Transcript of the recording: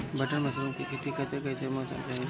Button mushroom के खेती खातिर कईसे मौसम चाहिला?